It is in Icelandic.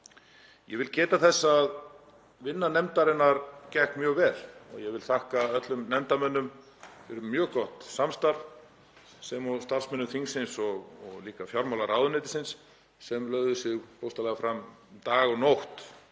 Ég vil geta þess að vinna nefndarinnar gekk mjög vel og ég vil þakka öllum nefndarmönnum fyrir mjög gott samstarf sem og starfsmönnum þingsins og líka fjármálaráðuneytisins sem lögðu sig bókstaflega fram dag og nótt